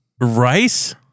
Rice